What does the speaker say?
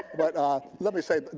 but ah let me say,